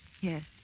Yes